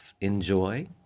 enjoy